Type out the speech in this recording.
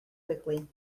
quickly